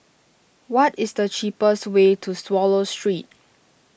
what is the cheapest way to Swallow Street